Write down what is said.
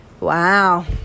Wow